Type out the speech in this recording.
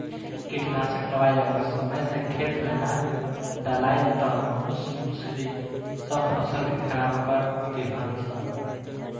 कीटनाशक दवाई अगर समय से खेते में ना डलाइल त मूस मुसड़ी सब फसल के खराब कर दीहन सन